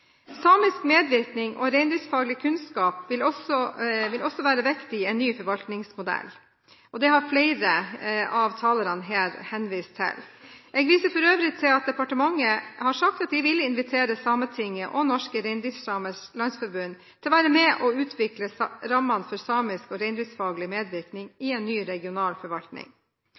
Samisk medvirkning og reindriftsfaglig kunnskap vil også være viktig i en ny forvaltningsmodell. Det har flere av talerne her henvist til. Jeg viser for øvrig til at departementet har sagt at de vil invitere Sametinget og Norske Reindriftssamers Landsforbund til å være med og utvikle rammene for samisk og reindriftsfaglig medvirkning i en ny regional forvaltning.